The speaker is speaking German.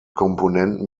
komponenten